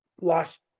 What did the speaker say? lost